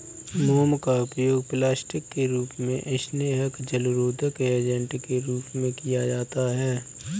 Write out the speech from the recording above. मोम का उपयोग प्लास्टिक के रूप में, स्नेहक, जलरोधक एजेंट के रूप में किया जाता है